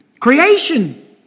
Creation